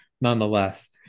nonetheless